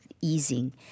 easing